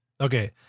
Okay